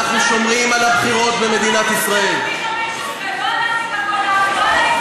התשע"ה 2015, של חבר הכנסת קיש וקבוצת חברי הכנסת.